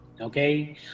okay